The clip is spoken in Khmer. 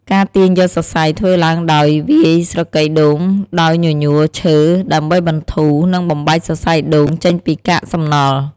ការទាញយកសរសៃធ្វើឡើងដោយ វាយស្រកីដូងដោយញញួរឈើ ដើម្បីបន្ធូរ និងបំបែកសរសៃដូងចេញពីកាកសំណល់។